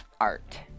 art